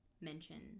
mention